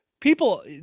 people